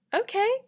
Okay